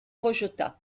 rejeta